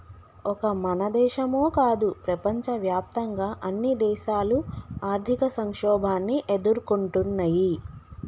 ఒక మన దేశమో కాదు ప్రపంచవ్యాప్తంగా అన్ని దేశాలు ఆర్థిక సంక్షోభాన్ని ఎదుర్కొంటున్నయ్యి